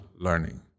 learning